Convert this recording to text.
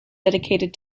dedicated